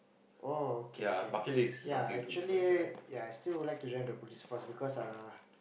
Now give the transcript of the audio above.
oh okay okay yea actually yea I still would like to join the Police Force because uh